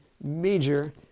major